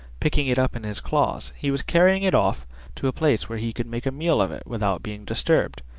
picking it up in his claws, he was carrying it off to a place where he could make a meal of it without being disturbed,